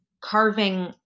carving